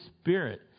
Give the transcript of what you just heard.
Spirit